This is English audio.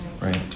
right